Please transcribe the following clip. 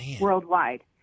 worldwide